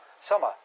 summer